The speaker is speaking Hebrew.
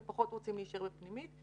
ופחות רוצים להישאר בפנימית.